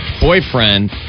boyfriend